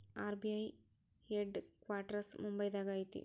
RBI head quarters ಮುಂಬೈದಾಗ ಐತಿ